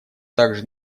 также